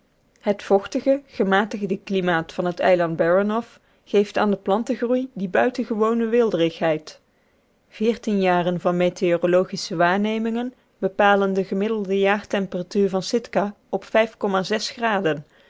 het vochtige gematigde klimaat van het eiland baranoff geeft aan den plantengroei die buitengewone weelderigheid veertien jaren van meteorologische waarnemingen bepalen de gemiddelde jaartemperatuur van sikka op